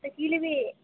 তা কী নিবি